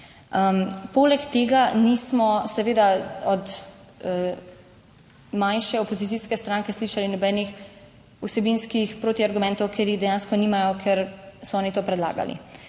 Poleg tega nismo seveda od manjše opozicijske stranke slišali nobenih vsebinskih protiargumentov, ker jih dejansko nimajo, ker so oni to predlagali.